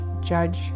judge